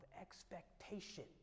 expectation